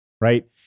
Right